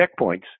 checkpoints